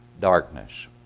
darkness